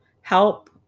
help